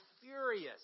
furious